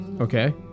okay